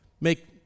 make